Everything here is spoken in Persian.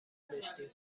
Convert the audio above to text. داشتیم